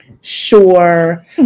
sure